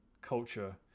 culture